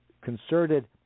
concerted